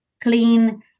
clean